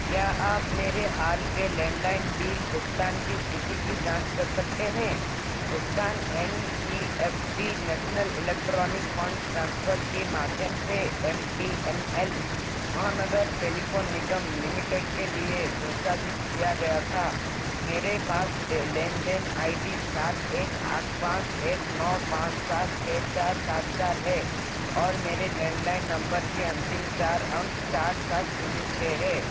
क्या आप मेरे हाल के लैंडलाइन बिल भुगतान की स्थिति की जाँच कर सकते हैं भुगतान N E F T national electronic funds transfer के माध्यम से एम टी एन एल महानगर टेलीफोन निगम लिमिटेड के लिए संसाधित किया गया था मेरे पास लेन देन आई डी सात एक आठ पाँच एक नौ पाँच सात छः चार सात चार है और मेरे लैंडलाइन नंबर के अंतिम चार अंक चार सात शून्य छः हैं